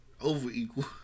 over-equal